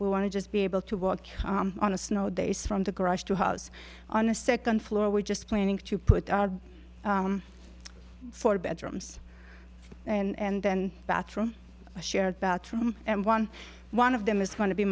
we want to just be able to walk on a snow days from the garage to house on a second floor we're just planning to put our four bedrooms and then bathroom shared bathroom and one one of them is going to be